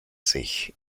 sich